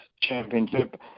Championship